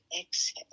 exhale